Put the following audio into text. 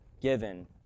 given